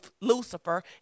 Lucifer